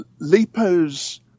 Lipos